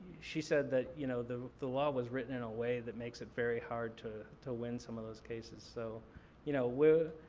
she said that you know the the law was written in a way that makes it very hard to to win some of those cases. so you know